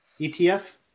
ETF